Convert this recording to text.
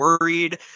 worried